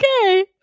Okay